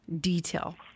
detail